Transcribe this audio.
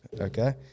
okay